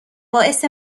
باعث